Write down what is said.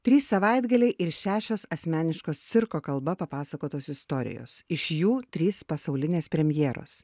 trys savaitgaliai ir šešios asmeniškos cirko kalba papasakotos istorijos iš jų trys pasaulinės premjeros